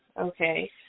okay